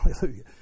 Hallelujah